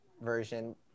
version